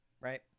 right